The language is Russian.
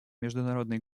международный